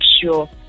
sure